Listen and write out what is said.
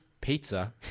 pizza